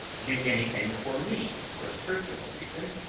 do anything for me for a personal reason,